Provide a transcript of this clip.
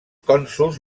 cònsols